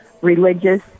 religious